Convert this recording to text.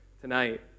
tonight